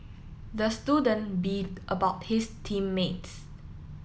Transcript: the student beefed about his team mates